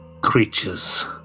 creatures